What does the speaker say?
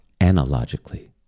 analogically